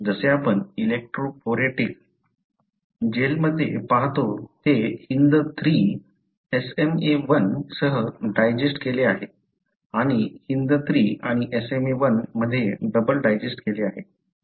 जसे आपण इलेक्ट्रोफोरेटिक जेलमध्ये पाहतो ते HindIII SmaI सह डायजेष्ठ केले आहे आणि HindIII आणि SmaI मध्ये डबल डायजेष्ठ केले आहे